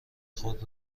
خود